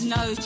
no